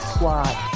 Squad